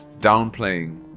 downplaying